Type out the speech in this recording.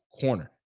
corner